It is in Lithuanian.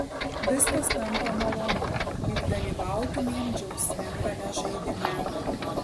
viskas tampa malonu lyg dalyvautumėm džiaugsmingame žaidime